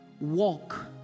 walk